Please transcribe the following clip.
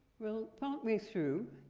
well, part way through,